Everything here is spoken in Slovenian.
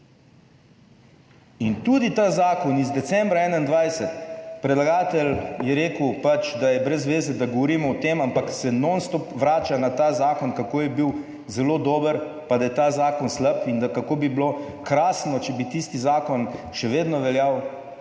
in tudi ta zakon iz decembra 2021, predlagatelj je rekel, pač, da je brez veze, da govorimo o tem, ampak se non stop vrača na ta zakon, kako je bil zelo dober, pa da je ta zakon slab in da, kako bi bilo krasno, če bi tisti zakon še vedno veljal.